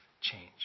change